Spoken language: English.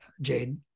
Jade